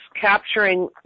capturing